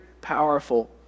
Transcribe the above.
powerful